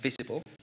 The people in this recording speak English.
visible